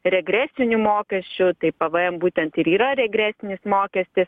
regresinių mokesčių tai pvm būtent ir yra regresinis mokestis